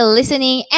listening